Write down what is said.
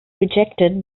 rejected